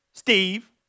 Steve